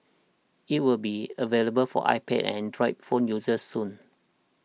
it will be available for iPad and Android phone users soon